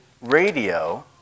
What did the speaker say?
radio